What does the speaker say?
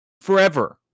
forever